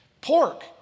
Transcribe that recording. pork